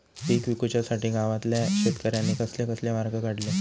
पीक विकुच्यासाठी गावातल्या शेतकऱ्यांनी कसले कसले मार्ग काढले?